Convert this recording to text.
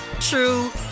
true